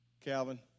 Calvin